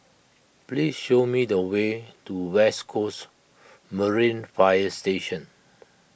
please show me the way to West Coast Marine Fire Station